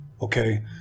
Okay